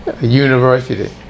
University